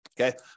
okay